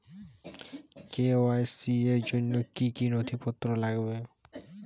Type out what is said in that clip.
KYC র জন্য কি কি নথিপত্র লাগবে?